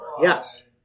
Yes